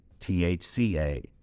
THCA